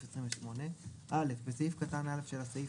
האם זה אומר שה-Screen scraping נשאר איתנו לפחות עד אמצע 2023?